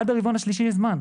עד הרבעון השלישי יש זמן.